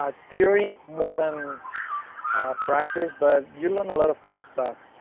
ah theory, more than practice but you learn a lot of cool stuff.